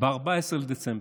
ב-14 בדצמבר.